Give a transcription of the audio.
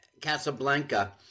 Casablanca